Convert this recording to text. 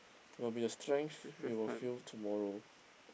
will be the strength you will feel tomorrow